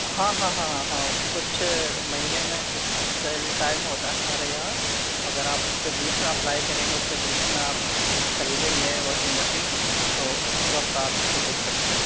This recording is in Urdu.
ہاں ہاں ہاں ہاں کچھ مہینے میں کچھ سیل ٹائم ہوتا ہے ہمارے یہاں اگر آپ اس کے بیچ میں اپلائی کریں گے اس کے بیچ میں آپ خریدیں گے واشنگ مشین تو اس وقت آپ اس کو دیکھ سکتے ہیں